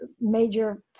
major